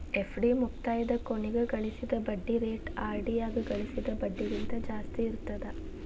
FD ಮುಕ್ತಾಯದ ಕೊನಿಗ್ ಗಳಿಸಿದ್ ಬಡ್ಡಿ ರೇಟ ಆರ್.ಡಿ ಯಾಗ ಗಳಿಸಿದ್ ಬಡ್ಡಿಗಿಂತ ಜಾಸ್ತಿ ಇರ್ತದಾ